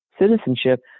citizenship